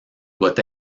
doit